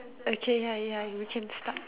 okay ya ya we can start